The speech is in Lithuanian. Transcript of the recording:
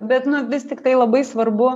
bet nu vis tiktai labai svarbu